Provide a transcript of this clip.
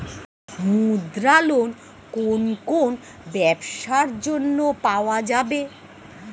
মুদ্রা লোন কোন কোন ব্যবসার জন্য পাওয়া যাবে?